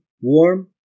warm